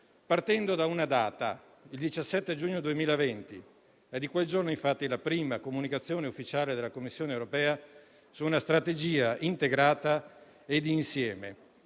partendo da una data: il 17 giugno 2020. È di quel giorno, infatti, la prima comunicazione ufficiale della Commissione europea su una strategia integrata e di insieme;